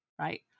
Right